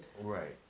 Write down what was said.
Right